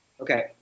Okay